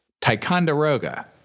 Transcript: Ticonderoga